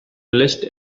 list